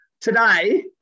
Today